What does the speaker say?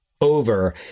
over